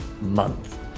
month